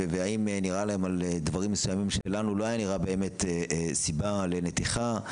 והאם נראה להם על דברים מסוימים שלנו לא היה נראה באמת סיבה לנתיחה.